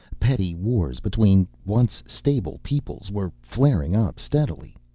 petty wars between once-stable peoples were flaring up steadily.